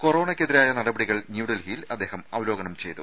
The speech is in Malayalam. കൊറോണയ്ക്കെതിരായ നടപടികൾ ന്യൂഡൽഹിയിൽ അദ്ദേഹം അവലോകനം ചെയ്തു